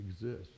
exist